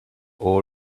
all